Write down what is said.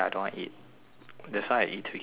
that's why I eat twiggies it's fine